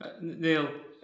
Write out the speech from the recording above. Neil